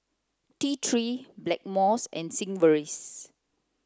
T three Blackmores and Sigvaris